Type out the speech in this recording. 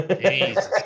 Jesus